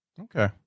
okay